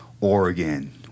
Oregon